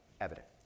evident